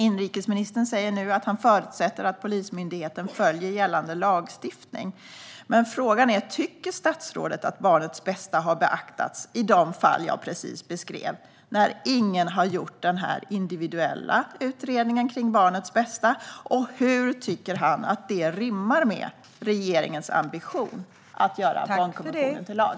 Inrikesministern säger nu att han förutsätter att "Polismyndigheten följer gällande lagstiftning". Men tycker statsrådet att barnets bästa har beaktats i de fall som jag precis beskrev när ingen har gjort någon individuell prövning av barnets bästa? Hur tycker han att detta rimmar med regeringens ambition att göra barnkonventionen till lag?